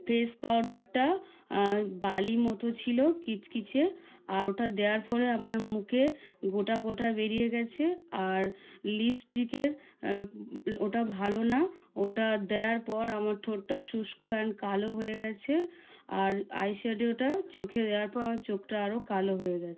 face পাউডারটা বালি মতো ছিল কিচকিচে আর ওটা দেওয়ার পরে আমার মুখে গোটা গোটা বেরিয়ে গিয়েছে আর লিপস্টিকের ওটা ভালো না ওটা দেওয়ার পর আমার ঠোঁটটা শুষ্ক আর কালো হয়ে গিয়েছে আর আইশ্যাডোটা চোখে দেওয়ার পর আমার চোখটা আরও কালো হয়ে গিয়েছে